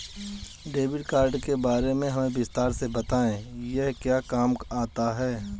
Debit card के बारे में हमें विस्तार से बताएं यह क्या काम आता है?